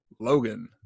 logan